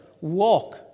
walk